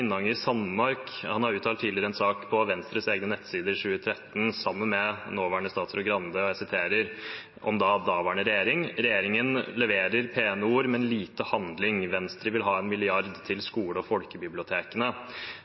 har uttalt tidligere, i en sak på Venstres egne nettsider i 2013 sammen med nåværende statsråd Skei Grande, om daværende regjering: «Regjeringen leverer pene ord, men lite handling. Venstre vil ha en milliard til skole- og folkebibliotekene.»